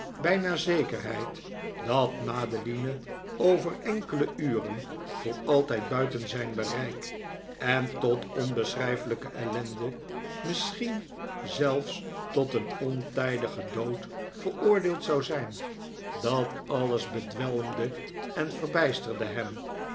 bijna zekerheid dat madeline over enkele uren voor altijd buiten zijn bereik en tot onbeschrijfelijke ellende misschien zelfs tot een ontijdigen dood veroordeeld zou zijn dat alles bedwelmde en verbijsterde hem